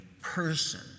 person